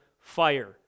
fire